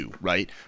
right